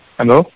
Hello